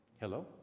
Hello